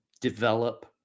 develop